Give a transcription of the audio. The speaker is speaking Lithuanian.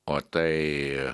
o tai